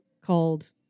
called